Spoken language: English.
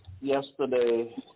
Yesterday